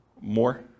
More